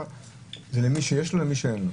זה למי שיש לו או למי שאין לו?